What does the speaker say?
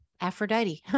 Aphrodite